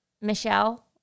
Michelle